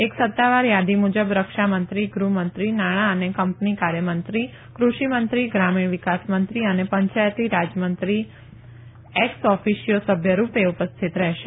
એક સત્તાવાર યાદી મુજબ રક્ષામંત્રી ગૃહમંત્રી નાણા અને કંપની કાર્યમંત્રી ક્રષિ મંત્રી ગ્રામીણ વિકાસ મંત્રી અને પંચાયતી રાજ મંત્રી એકસઓફીશીયો સભ્ય રૂપે ઉપસ્થિત રહેશે